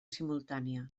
simultània